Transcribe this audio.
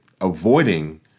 avoiding